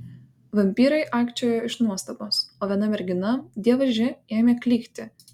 vampyrai aikčiojo iš nuostabos o viena mergina dievaži ėmė klykti